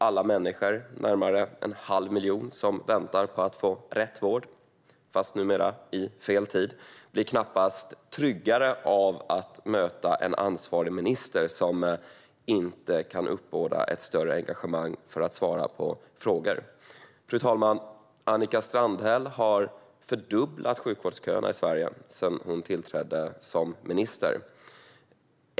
Alla de människor, närmare en halv miljon, som väntar på att få rätt vård - numera i fel tid - känner sig knappast tryggare av att möta en ansvarig minister som inte kan uppbåda ett större engagemang för att svara på frågor. Fru talman! Annika Strandhäll har fördubblat sjukvårdsköerna i Sverige sedan hon tillträdde som minister.